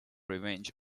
revenge